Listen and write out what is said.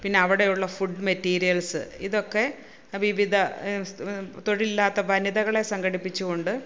പിന്നെ അവിടെയുള്ള food materials ഇതൊക്കെ വിവിധ തൊഴിലില്ലാത്ത വനിതകളെ സംഘടിപ്പിച്ചുകൊണ്ട്